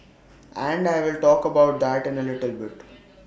and I will talk about that in A little bit